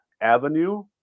avenue